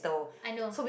i know